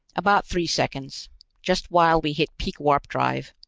about three seconds just while we hit peak warp-drive.